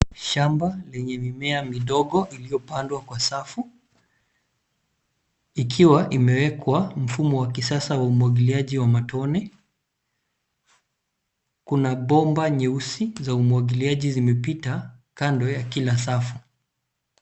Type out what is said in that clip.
Shamba lenye mimea midogo iliyopandwa kwa safu. Ikiwa imewekwa mfumo wa kisasa wa umwagiliaji wa matone. Kuna bomba nyeusi za umwagiliaji zimepita kando ya kila safu.